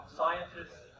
scientists